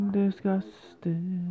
disgusted